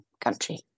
country